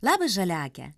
labas žaliaake